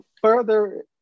further